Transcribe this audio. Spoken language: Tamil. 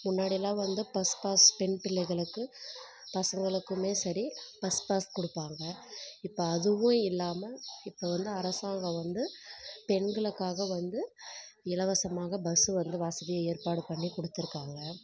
முன்னாடியெலாம் வந்து பஸ் பாஸ் பெண் பிள்ளைகளுக்கு பசங்களுக்குமே சரி பஸ் பாஸ் கொடுப்பாங்க இப்போ அதுவும் இல்லாமல் இப்போ வந்து அரசாங்கம் வந்து பெண்களுக்காக வந்து இலவசமாக பஸ் வந்து வசதியை ஏற்பாடு பண்ணிக் கொடுத்துருக்காங்க